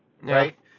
right